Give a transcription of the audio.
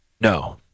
No